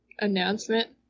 announcement